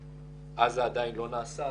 אז זה עדיין לא נעשה,